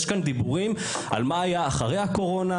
יש כאן דיבורים על מה היה אחרי הקורונה,